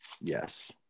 Yes